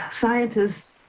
scientists